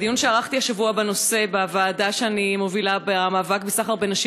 בדיון שערכתי השבוע בנושא בוועדה שאני מובילה במאבק בסחר בנשים